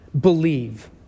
Believe